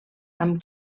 amb